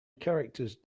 characters